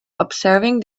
observing